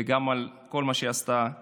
וגם על כל מה שעשתה עבורי,